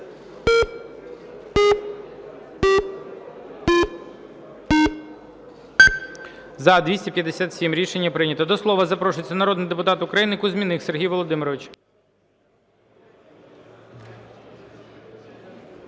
За-243 Рішення прийнято. До слова запрошується народний депутат України Чернєв Єгор Володимирович.